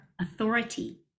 authority